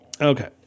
Okay